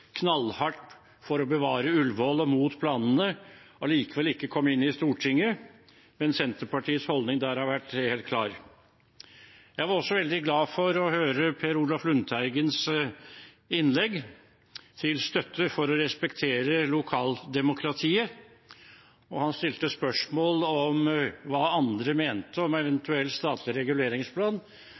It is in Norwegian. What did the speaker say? knallhardt inn for å bevare Ullevål og mot planene, allikevel ikke kom inn i Stortinget. Men Senterpartiets holdning der har vært helt klar. Jeg var også veldig glad for å høre Per Olaf Lundteigens innlegg til støtte for å respektere lokaldemokratiet. Han stilte spørsmål om hva andre mente om en eventuell statlig reguleringsplan.